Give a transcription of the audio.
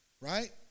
right